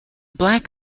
black